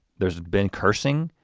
there's been cursing,